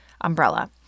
umbrella